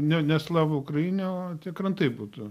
ne ne slava ukraine o krantai būtų